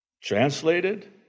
Translated